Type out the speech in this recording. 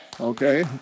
okay